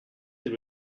they